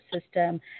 system